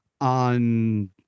on